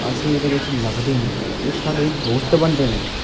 असें गी एह्दे बिच्च लभदे न ते साढ़े दोस्त बनदे न